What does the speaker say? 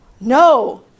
no